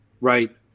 right